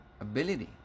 ability